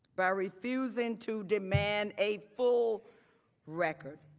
by refusing to demand a full record.